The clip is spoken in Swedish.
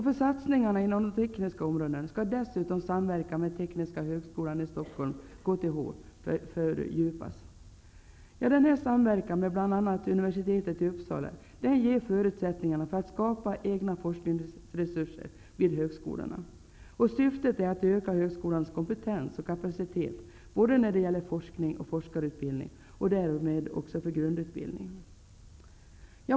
För satsningarna inom de tekniska områdena skall dessutom samverkan med Tekniska högskolan i Stockholm, Denna samverkan med bl.a. Universitetet i Uppsala ger högskolorna förutsättningar att skapa egna forskningsresurser. Syftet är att öka högskolans kompetens och kapacitet när det gäller både forskning och forskarutbildning och därmed också för grundutbildningen.